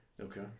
Okay